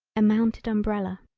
a mounted umbrella.